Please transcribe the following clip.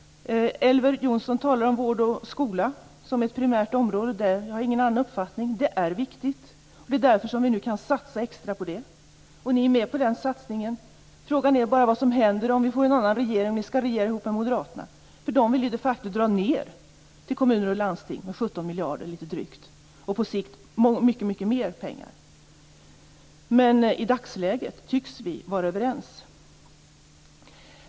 Elver Jonsson talar om vård och skola som ett primärt område, och jag har ingen annan uppfattning. Det är viktigt. Det är därför vi nu kan satsa extra på det. Ni är också med på den satsningen. Frågan är bara vad som händer om vi får en annan regering, om ni skall regera ihop med moderaterna. De vill ju de facto dra ned anslagen till kommuner och landsting med litet drygt 17 miljarder och på sikt mycket mer pengar. Men i dagsläget tycks vi vara överens.